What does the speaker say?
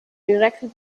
directed